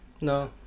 No